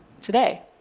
today